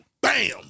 Bam